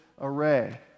array